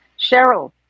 Cheryl